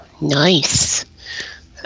nice